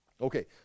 Okay